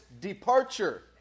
departure